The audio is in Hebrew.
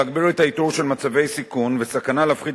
להגביר את האיתור של מצבי סיכון וסכנה ולהפחית